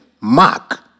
Mark